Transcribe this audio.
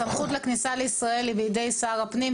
הסמכות לכניסה לישראל היא בידי שר הפנים,